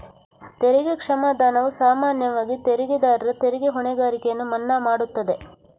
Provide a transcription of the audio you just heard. ತೆರಿಗೆ ಕ್ಷಮಾದಾನವು ಸಾಮಾನ್ಯವಾಗಿ ತೆರಿಗೆದಾರರ ತೆರಿಗೆ ಹೊಣೆಗಾರಿಕೆಯನ್ನು ಮನ್ನಾ ಮಾಡುತ್ತದೆ